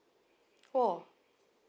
oh